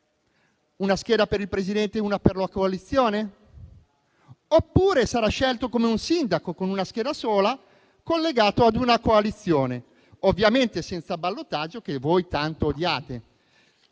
due schede, una per il Presidente e una per la coalizione, oppure sarà scelto come un sindaco, con una scheda sola, collegato ad una coalizione, ovviamente senza ballottaggio, che voi tanto odiate?